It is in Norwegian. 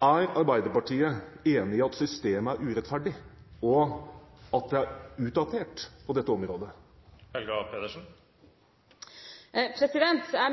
Er Arbeiderpartiet enig i at systemet er urettferdig, og at det er utdatert på dette området? Jeg